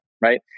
right